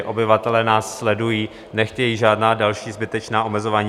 Obyvatelé nás sledují, nechtějí žádná další zbytečná omezování.